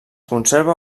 conserva